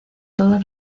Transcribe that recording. toda